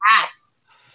Yes